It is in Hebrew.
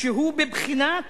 שהוא בבחינת